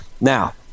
Now